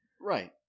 Right